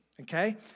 Okay